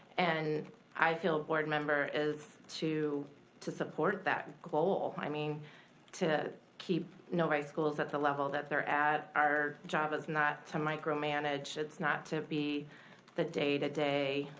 and i feel a board member is to to support that goal. i mean to keep novi schools at the level that they're at. our job is not to micromanage. it's not to be the day-to-day,